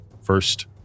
First